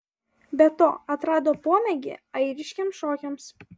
be to atrado pomėgį airiškiems šokiams